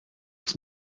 it’s